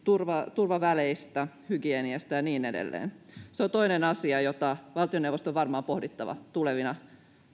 turvaväleistä hygieniasta ja niin edelleen se on toinen asia jota valtioneuvoston on varmaan pohdittava tulevina